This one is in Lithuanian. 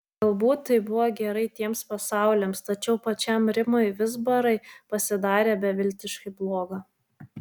galbūt tai buvo gerai tiems pasauliams tačiau pačiam rimui vizbarai pasidarė beviltiškai bloga